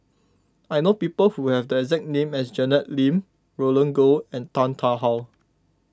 I know people who have the exact name as Janet Lim Roland Goh and Tan Tarn How